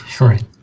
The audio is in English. Right